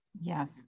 Yes